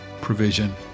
provision